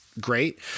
great